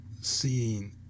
seeing